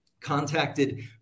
contacted